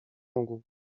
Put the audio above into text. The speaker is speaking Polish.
mógł